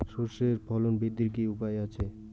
সর্ষের ফলন বৃদ্ধির কি উপায় রয়েছে?